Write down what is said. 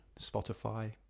Spotify